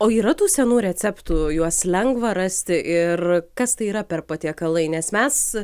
o yra tų senų receptų juos lengva rasti ir kas tai yra per patiekalai nes mes